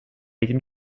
этим